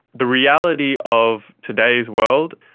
the reality of today's world,